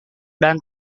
dan